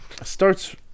starts